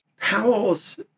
Powell's